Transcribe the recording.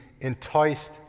enticed